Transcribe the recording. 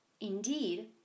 Indeed